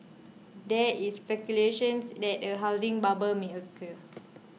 there is speculations that a housing bubble may occur